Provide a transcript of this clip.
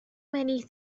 many